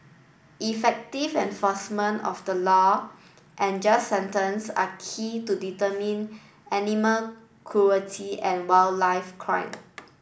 effective enforcement of the law and just sentence are key to deterring animal cruelty and wildlife crime